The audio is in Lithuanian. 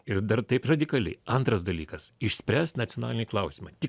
ir dar taip radikaliai antras dalykas išspręst nacionalinį klausimą tik